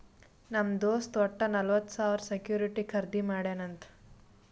ನಮ್ ದೋಸ್ತ್ ವಟ್ಟ ನಲ್ವತ್ ಸಾವಿರ ಸೆಕ್ಯೂರಿಟಿ ಖರ್ದಿ ಮಾಡ್ಯಾನ್ ಅಂತ್